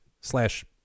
slash